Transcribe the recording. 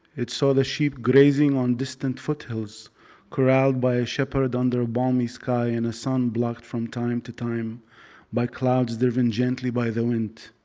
it saw the sheep grazing on distant foothills corralled by a shepherd under a balmy sky and a sun blocked from time to time by clouds driven gently by the wind.